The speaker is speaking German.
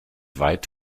weit